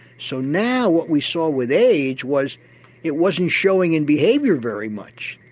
so now what we saw with age was it wasn't showing in behaviour very much.